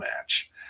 match